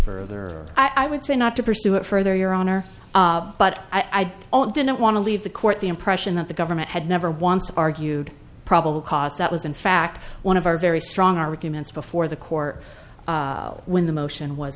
further i would say not to pursue it further your honor but i'd didn't want to leave the court the impression that the government had never once argued probable cause that was in fact one of our very strong arguments before the court when the motion w